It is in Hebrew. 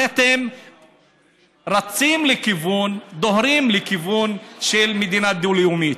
הרי אתם רצים, דוהרים, לכיוון של מדינה דו-לאומית,